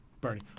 Bernie